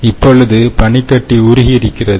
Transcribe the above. இப்பொழுது பனிக்கட்டி உருகி இருக்கிறது